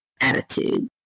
attitude